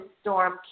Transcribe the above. storm